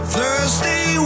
Thursday